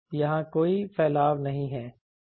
यहां कोई फैलाव नहीं है